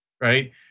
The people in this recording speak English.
right